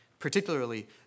Particularly